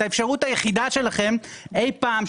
את האפשרות היחידה שלכם אי פעם,